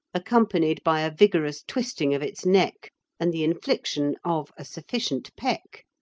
accompanied by a vigorous twisting of its neck and the infliction of a sufficient peck,